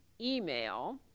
email